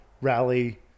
rally